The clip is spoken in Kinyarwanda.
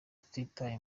tutitaye